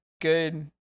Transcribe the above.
good